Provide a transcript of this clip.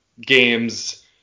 games